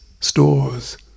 stores